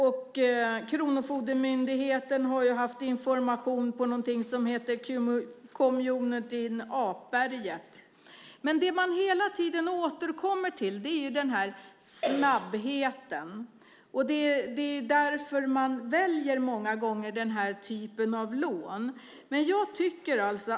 Och Kronofogdemyndigheten har haft information på en community som heter Apberget. Det man hela tiden återkommer till är den här snabbheten. Det är många gånger därför man väljer den här typen av lån.